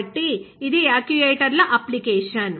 కాబట్టి ఇది యాక్యుయేటర్ల అప్లికేషన్